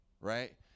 Right